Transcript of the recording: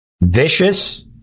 Vicious